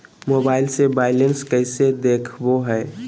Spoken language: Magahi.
मोबाइल से बायलेंस कैसे देखाबो है?